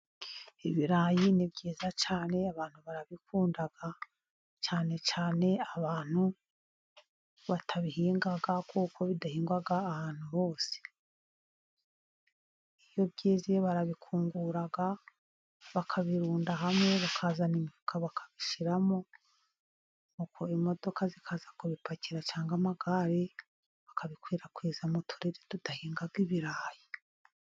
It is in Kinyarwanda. Ibirayi ni byiza cyane abantu barabikunda cyane cyane abantu batabihinga kuko bidahingwa ahantu hose. Iyo byeze barabikungura bakabirunda hamwe, bakazana imifuka bakabishyiramo n'uko imodoka zikaza kubipakira cyangwa amagare, bakabikwirakwiza mu turere tudahinga ibirayi.